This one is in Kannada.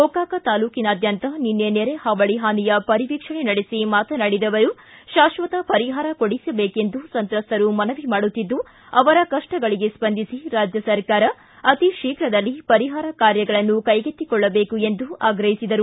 ಗೋಕಾಕ ತಾಲ್ಲೂಕಿನಾದ್ಯಂತ ನಿನ್ನೆ ನೆರೆ ಹಾವಳಿ ಹಾನಿಯ ಪರಿವೀಕ್ಷಣೆ ನಡೆಸಿ ಮಾತನಾಡಿದ ಅವರು ಶಾಶ್ವತ ಪರಿಹಾರ ಕೊಡಿಸಬೇಕೆಂದು ಸಂತ್ರಸ್ತರು ಮನವಿ ಮಾಡುತ್ತಿದ್ದು ಅವರ ಕಷ್ಟಗಳಿಗೆ ಸ್ವಂದಿಸಿ ರಾಜ್ಯ ಸರ್ಕಾರ ಅತೀ ತೀಫ್ರದಲ್ಲಿ ಪರಿಹಾರ ಕಾರ್ಯಗಳನ್ನು ಕೈಗೆತ್ತಿಗೊಳ್ಳಬೇಕು ಎಂದು ಆಗ್ರಹಿಸಿದರು